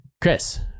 Chris